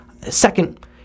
Second